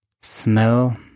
smell